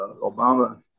Obama